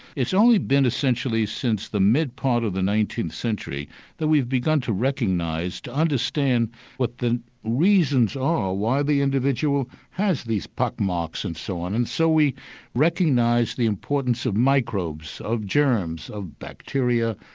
it's only been essentially since the mid part of the nineteenth century that we've begun to recognise, to understand what the reasons are why the individual has these pock-marks and so on. and so we recognise the importance of microbes, of germs, of bacteria,